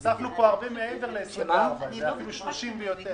הוספנו פה הרבה מעבר ל-24, זה אפילו 30 ויותר.